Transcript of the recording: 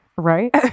right